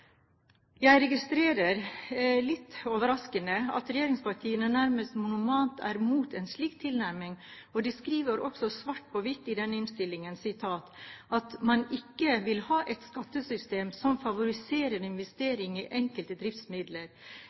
Jeg registrerer at regjeringspartiene – litt overraskende – nærmest monomant er imot en slik tilnærming, og de skriver også svart på hvitt i denne innstillingen at man ikke vil ha et skattesystem som favoriserer investeringer i enkelte driftsmidler.